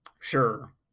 Sure